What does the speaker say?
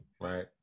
right